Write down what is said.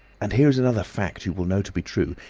and here is another fact you will know to be true.